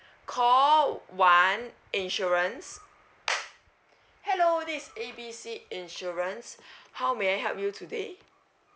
call one insurance hello this A B C insurance how may I help you today